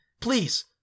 please